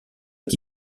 est